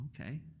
Okay